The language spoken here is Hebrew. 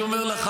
לא,